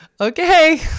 Okay